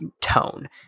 tone